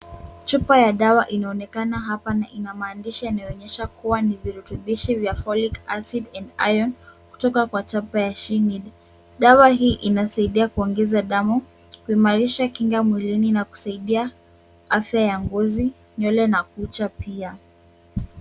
Chupa ya dawa inaonekana hapa na ina maandishi yanayoonyesha kuwa ni virutubishi vya folic acid and iron kutoka kwa chapa ya chini, dawa hii inasaidia kuongeza damu, kuimarisha kinga mwilini na kusaidia afya ya ngozi, nywele na kucha pia.